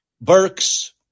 Burks